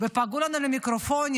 ופגעו לנו במיקרופונים.